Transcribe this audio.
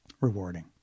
rewarding